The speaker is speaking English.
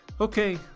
Okay